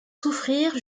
souffrir